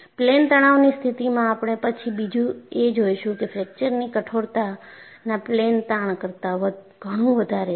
plane તણાવની સ્થિતિમાં આપણે પછી બીજું એ જોઈશું કે ફ્રેક્ચરની કઠોરતાનાં પ્લેન તાણ કરતાં ઘણું વધારે છે